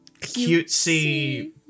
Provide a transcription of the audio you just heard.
cutesy